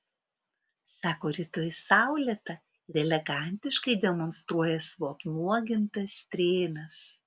sako rytoj saulėta ir elegantiškai demonstruoja savo apnuogintas strėnas